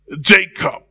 Jacob